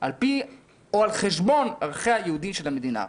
על חשבון ערכיה היהודיים של המדינה.